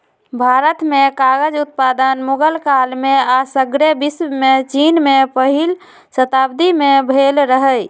भारत में कागज उत्पादन मुगल काल में आऽ सग्रे विश्वमें चिन में पहिल शताब्दी में भेल रहै